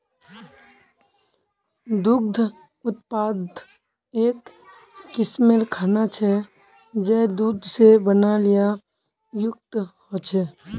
दुग्ध उत्पाद एक किस्मेर खाना छे जये दूध से बनाल या युक्त ह छे